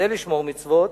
משתדל לשמור מצוות,